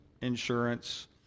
insurance